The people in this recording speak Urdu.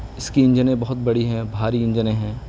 اس کی انجنیں بہت بڑی ہیں بھاری انجنیں ہیں